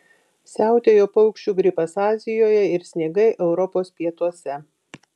siautėjo paukščių gripas azijoje ir sniegai europos pietuose